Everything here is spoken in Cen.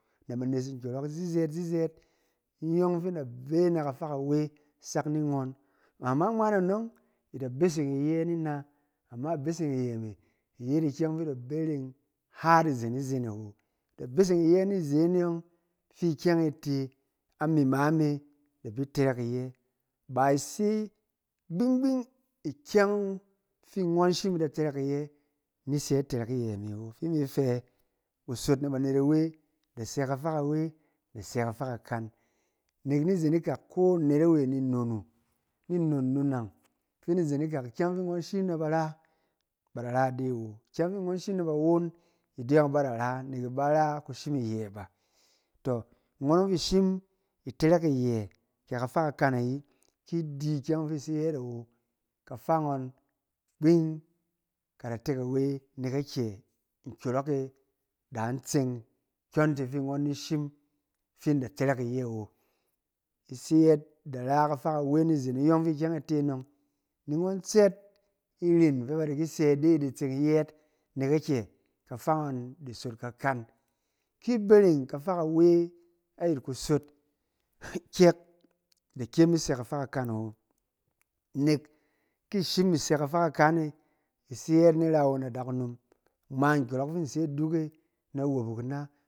Na ba nes ni nkyɔrɔk zizɛɛt-zizɛɛt inyɔng fi nda be na kafa kawe sak ni nghɔn amma ngma na anɔng ida beseng iyɛ ni na amma ibeseng iyɛ me iyet ikyeng fi ida bereng harizen-izen awo. Ida beseng iyɛ ni izen e yɔng fi ikyɛng e te, amima me ida bi iterek iyɛ. Ba ise gving-gbing ikyɛng fi nghɔn shim ida fɛ rɛk iyɛ nisɛ itɛrɛk iyɛ mɛ awo fi imi fɛ kusot na banet awe ida sɛ kafa kawe, ida sɛ kafa kakan. Nek ni izen ikak ko anet awe ni nnon wu, ni nnon nnunang fi ni izen ikak ikyɛng fi nghɔn shim na bar a, ba dara ide awo, ikyɛng fi nghɔn shim na ba won ide yɔng iba da ra nek iba ra kushim iyɛ ba. To, nghɔn yɔng fi ishim itɛrɛk iyɛ ke kafa kakan ayɛ; ki idi ikyɛng dɔng fi ise yɛɛt awo kafa nghɔn gbing kada te kawe, nek a kyɛ? Nkyɔrɔ e da ntseng kyɔndi fi nghɔn di shim fi nda tɛrɛk iyɛ awo. Ise yɛɛt ida na kafa kawe ni izen iyɔng fi ikyɛng e te anɔng, ni nghɔn tsed iren tɛ ba di ki sɛ ide idi tseng yɛɛt, nek akyɛ? Kafa nghɔn ka di sot kakan. Ki ibereng kafa kawe ayit kusot kyɛk ida kyem isɛ kafa kakan awo. Nek ki ishim isɛ kafa kakane ise yɛɛt ni ra awon na adakunom, ngma nkyɔrɔk yɔng fi nse nduk e na wobok ina.